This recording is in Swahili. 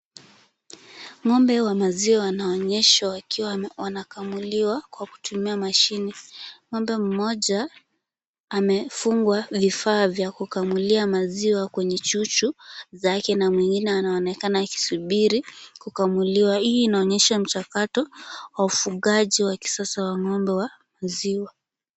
Ng'ombe wa maziwa wanaonyeshwa wakiwa wanakamuliwa kwa kutumia mahini. Ng'ombe mmoja amefungwa vifaa vya kukamuliwa maziwa kwenye chuchu zake na mwingine anaonekana akisubiri kukamuliwa. Hii inaonyesha mchakato wa ufugaji wa kisasa wa ng'ombe wa maziwa.